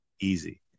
Easy